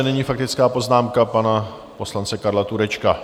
Nyní faktická poznámka pana poslance Karla Turečka.